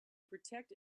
protect